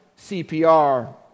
CPR